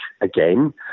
again